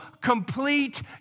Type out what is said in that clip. complete